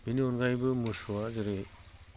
बिनि अनगायैबो मोसौआ जेरै